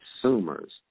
consumers